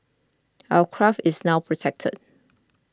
our craft is now protected